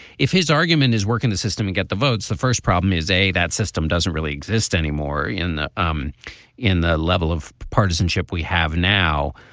if his argument is work in the system and get the votes the first problem is a that system doesn't really exist anymore in the um in the level of partisanship we have now.